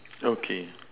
okay